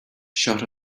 shot